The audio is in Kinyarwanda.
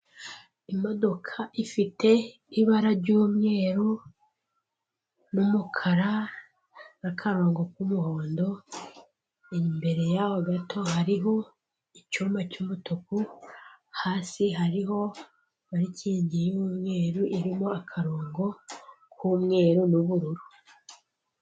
Imodoka ifite ibara ry'umweru n'umukara n'akarongo k'umuhondo; imbere yaho gato hariho icyumba cy'umutuku; hasi hariho parikingi y'umweru, irimo akarongo k'umweru n'ubururu.